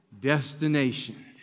destination